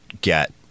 get